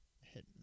hit